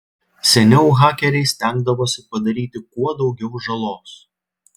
seniau hakeriai stengdavosi padaryti kuo daugiau žalos